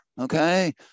okay